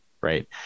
right